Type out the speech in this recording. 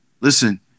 Listen